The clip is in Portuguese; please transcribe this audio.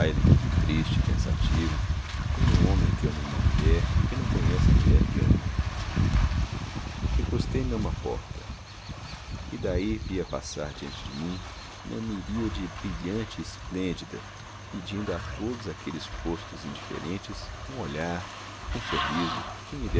baile triste e pensativo como um homem que ama uma mulher e que não conhece a mulher que ama recostei me a uma porta e dai via passar diante de mim uma miríade brilhante e esplêndida pedindo a todos aqueles rostos indiferentes um olhar um sorriso que me